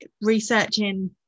researching